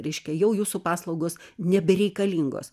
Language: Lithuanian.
reiškia jau jūsų paslaugos nebereikalingos